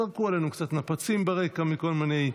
זרקו עלינו קצת נפצים ברקע מכל מיני,